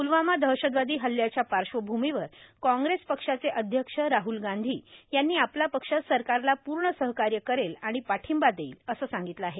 पुलवामा दहशतवादी हल्ल्याच्या पाश्वभूमीवर कांग्रेस पक्षाचे अध्यक्ष राहल गांधी यांनी आपला पक्ष सरकारला पूर्ण सहकार्य करेल आणि पाठिंबा देईल असं सांगितलं आहे